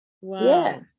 Wow